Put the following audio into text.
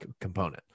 component